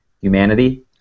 Humanity